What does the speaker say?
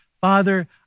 Father